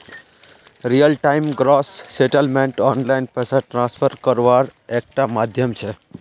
real time gross settlement online पैसा transfer कारवार एक टा माध्यम छे